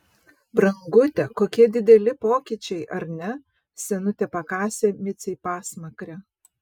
brangute kokie dideli pokyčiai ar ne senutė pakasė micei pasmakrę